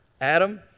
Adam